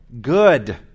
good